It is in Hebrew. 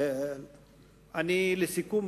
לסיכום,